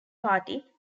party